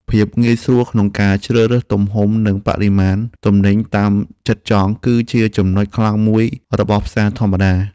ភាពងាយស្រួលក្នុងការជ្រើសរើសទំហំនិងបរិមាណទំនិញតាមចិត្តចង់គឺជាចំណុចខ្លាំងមួយរបស់ផ្សារធម្មតា។